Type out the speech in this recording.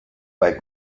bei